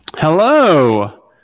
Hello